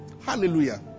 Hallelujah